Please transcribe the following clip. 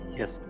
yes